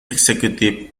executive